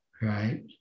right